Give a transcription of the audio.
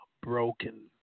broken